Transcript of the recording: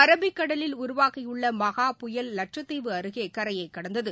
அரபிக்கடலில் உருவாகியுள்ள மகா புயல் லட்சத்தீவு அருகே கரையை கடந்தது